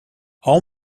all